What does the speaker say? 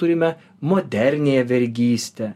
turime moderniąją vergystę